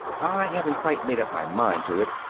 i haven't quite made up my mind to it.